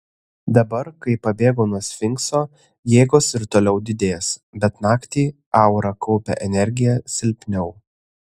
dabar kai pabėgo nuo sfinkso jėgos ir toliau didės bet naktį aura kaupia energiją silpniau